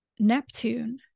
Neptune